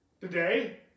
today